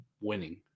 winning